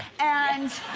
and